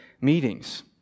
meetings